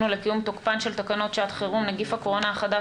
ולקיום תוקפן של תקנות שעת חירום (נגיף הקורונה החדש